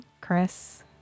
Chris